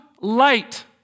light